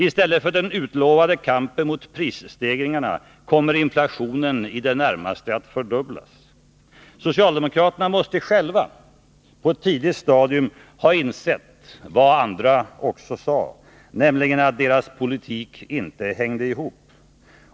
I stället för den utlovade kampen mot prisstegringarna kommer inflationen i det närmaste att fördubblas. Socialdemokraterna måste själva på ett tidigt stadium ha insett vad andra också sade, nämligen att deras politik inte hängde ihop.